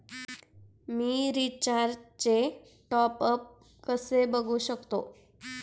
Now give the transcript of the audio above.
मी रिचार्जचे टॉपअप कसे बघू शकतो?